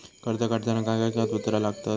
कर्ज काढताना काय काय कागदपत्रा लागतत?